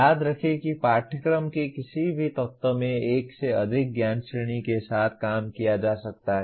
याद रखें कि पाठ्यक्रम के किसी भी तत्व में एक से अधिक ज्ञान श्रेणी के साथ काम किया जा सकता है